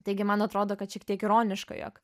taigi man atrodo kad šiek tiek ironiška jog